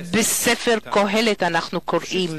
בספר קהלת אנחנו קוראים: